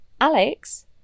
Alex